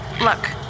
Look